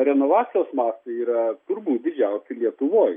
renovacijos mąstai yra turbūt didžiausi lietuvoj